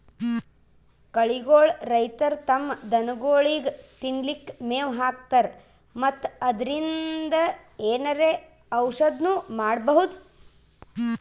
ಕಳಿಗೋಳ್ ರೈತರ್ ತಮ್ಮ್ ದನಗೋಳಿಗ್ ತಿನ್ಲಿಕ್ಕ್ ಮೆವ್ ಹಾಕ್ತರ್ ಮತ್ತ್ ಅದ್ರಿನ್ದ್ ಏನರೆ ಔಷದ್ನು ಮಾಡ್ಬಹುದ್